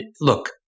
look